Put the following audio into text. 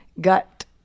gut